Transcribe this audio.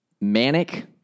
manic